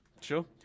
Sure